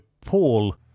Paul